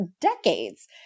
decades